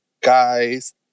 guys